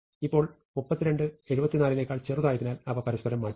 ഇപ്പോൾ 32 74 നേക്കാൾ ചെറുതായതിനാൽ അവ പരസ്പരം മാറ്റുന്നു